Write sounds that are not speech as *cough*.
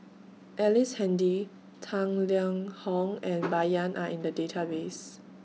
Ellice Handy Tang Liang Hong and *noise* Bai Yan Are in The Database